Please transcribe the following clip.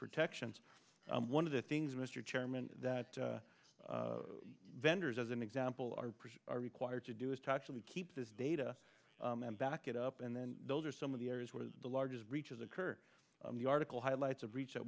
protections one of the things mr chairman that vendors as an example are required to do is to actually keep this data and then back it up and then those are some of the areas where the largest breaches occur the article highlights of reach that